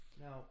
Now